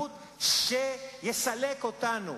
שיסלק אותנו